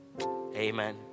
Amen